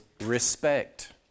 respect